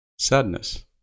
Sadness